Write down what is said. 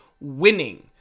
winning